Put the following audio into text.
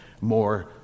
more